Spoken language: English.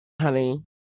honey